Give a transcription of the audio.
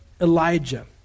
Elijah